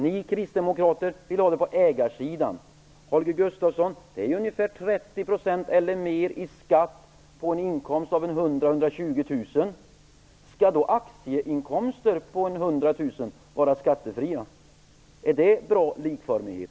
Ni kristdemokrater vill ha sådana på ägarsidan. Holger Gustafsson! Skatten på en inkomst av 100 000-120 000 kr uppgår till ungefär 30 % eller mer. Skall då aktieinkomster om ca 100 000 kr vara skattefria? Är det en bra likformighet?